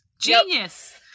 Genius